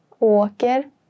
åker